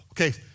Okay